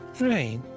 Right